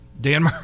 Dan